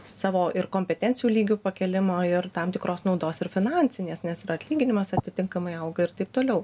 savo ir kompetencijų lygio pakėlimo ir tam tikros naudos ir finansinės nes ir atlyginimas atitinkamai auga ir taip toliau